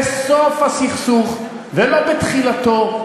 בסוף הסכסוך ולא בתחילתו,